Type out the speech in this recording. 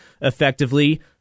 effectively